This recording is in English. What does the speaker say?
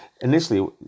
initially